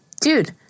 Dude